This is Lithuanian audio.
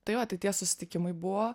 tai vai tai tie susitikimai buvo